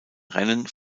rennen